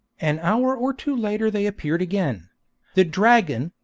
an hour or two later they appeared again the dragon,